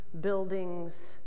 buildings